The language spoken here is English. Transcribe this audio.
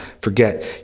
forget